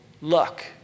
luck